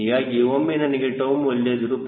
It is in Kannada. ಹೀಗಾಗಿ ಒಮ್ಮೆ ನಮಗೆ 𝜏 ಮೌಲ್ಯ 0